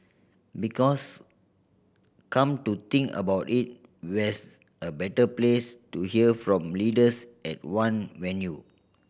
because come to think about it where's a better place to hear from leaders at one venue